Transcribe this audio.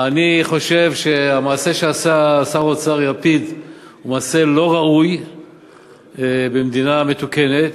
אני חושב שהמעשה שעשה שר האוצר לפיד הוא מעשה לא ראוי במדינה מתוקנת.